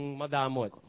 madamot